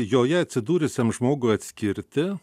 joje atsidūrusiam žmogui atskirti